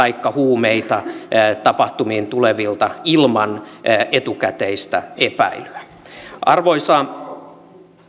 taikka huumeita tapahtumiin tulevilta ilman etukäteistä epäilyä arvoisa